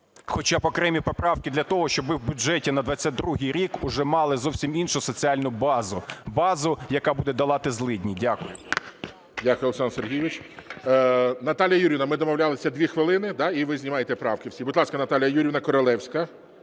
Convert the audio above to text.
хоча б окремі поправки для того, щоб ми в бюджеті на 22-й рік уже мали зовсім іншу соціальну базу, базу, яка буде долати злидні. Дякую. ГОЛОВУЮЧА. Дякую, Олександр Сергійович. Наталія Юріївна, ми домовлялися 2 хвилини, і ви знімаєте правки всі. Будь ласка, Наталія Юріївна Королевська.